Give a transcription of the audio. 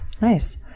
Nice